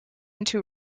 onto